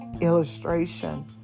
illustration